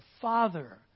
Father